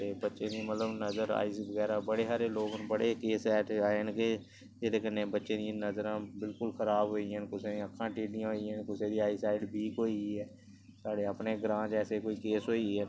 ते बच्चें दी मतलब नजर आइज बगैरा बड़े हारे लोग न बड़े केस ऐटे आए न कि जेह्दे कन्नै बच्चें दियां नजरां बिल्कुल खराब होई गेइयां न कुसै दियां अक्खां टेढियां होई गेइयां न ते कुसै दी आई साइट बीक होई गेई ऐ साढ़े अपने ग्रां च ऐसे कोई केस होई गे न